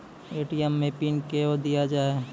ATM मे pin कयो दिया जाता हैं?